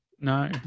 No